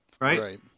right